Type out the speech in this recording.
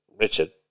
Richard